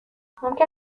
ممکن